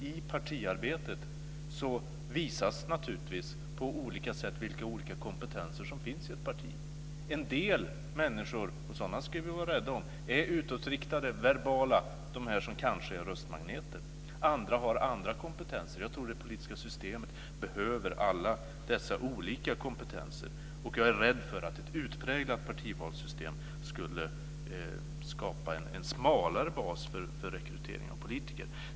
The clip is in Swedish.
I partiarbetet visas naturligtvis på olika sätt vilka olika kompetenser som finns i ett parti. En del människor - och sådana ska vi vara rädda om - är utåtriktade, verbala, de som kanske är röstmagneter. Andra har andra kompetenser. Jag tror att det politiska systemet behöver alla dessa olika kompetenser. Jag är rädd för att ett utpräglat personvalssystem skulle skapa en smalare bas för rekrytering av politiker.